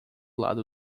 lado